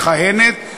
מכהנת,